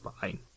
fine